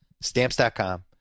Stamps.com